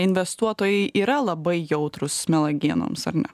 investuotojai yra labai jautrūs melagienoms ar ne